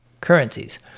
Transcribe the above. currencies